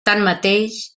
tanmateix